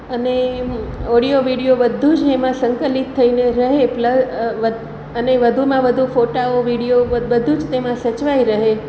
અને audio video બધું જ એમા સંકલિત થઈને રહે અને વધુમાં વધુ ફોટાઓ વિડીયો બધું જ તેમાં સચવાઈ રહે